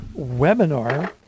webinar